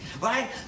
right